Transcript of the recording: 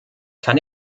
kann